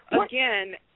again